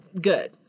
good